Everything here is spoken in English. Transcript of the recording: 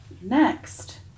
Next